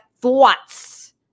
thoughts